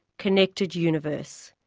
connected universe.